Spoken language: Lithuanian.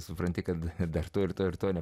supranti kad ir dar turto ir toni